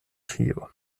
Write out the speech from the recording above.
tio